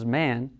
man